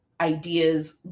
ideas